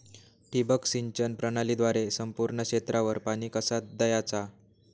ठिबक सिंचन प्रणालीद्वारे संपूर्ण क्षेत्रावर पाणी कसा दयाचा?